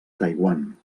taiwan